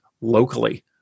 locally